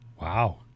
Wow